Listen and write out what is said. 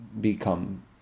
become